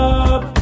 up